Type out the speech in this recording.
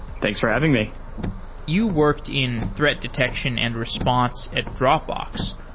thanks for having me you worked in threat detection and response at dropbox.